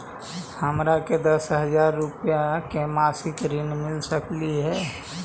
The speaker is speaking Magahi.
हमरा के दस हजार रुपया के मासिक ऋण मिल सकली हे?